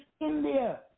India